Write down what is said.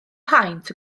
paent